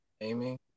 Amy